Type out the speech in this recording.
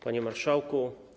Panie Marszałku!